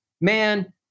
man